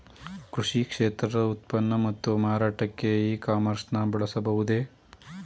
ಕೃಷಿ ಕ್ಷೇತ್ರದ ಉತ್ಪನ್ನ ಮತ್ತು ಮಾರಾಟಕ್ಕೆ ಇ ಕಾಮರ್ಸ್ ನ ಬಳಸಬಹುದೇ?